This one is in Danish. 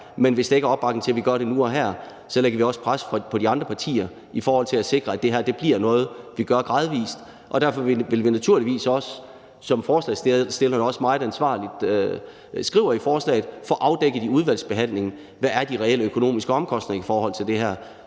men hvis der ikke er opbakning til, at vi gør det nu og her, så lægger vi også pres på de andre partier i forhold til at sikre, at det her bliver noget, vi gør gradvis. Derfor vil vi naturligvis også, som forslagsstillerne også meget ansvarligt skriver i forslaget, få afdækket i udvalgsbehandlingen, hvad de reelle økonomiske omkostninger er i forhold til det her,